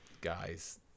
guy's